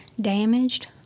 damaged